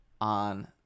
on